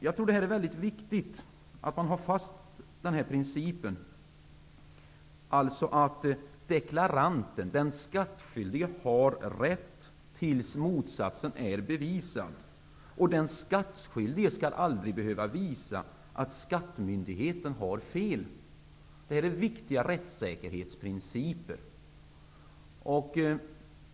Jag tror att det är mycket viktigt att man slår fast principen att deklaranten, den skattskyldige, har rätt till dess motsatsen är bevisad. Den skattskyldige skall aldrig behöva visa att skattemyndigheterna har fel. Det är en viktig rättsäkerhetsprincip.